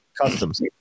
Customs